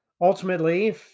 Ultimately